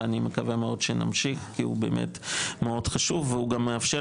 ואני מקווה מאוד שנמשיך כי הוא באמת מאוד חשוב והוא גם מאפשר